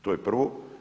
To je prvo.